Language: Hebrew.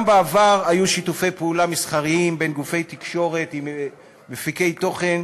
גם בעבר היו שיתופי פעולה מסחריים בין גופי תקשורת ומפיקי תוכן